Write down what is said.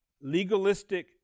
legalistic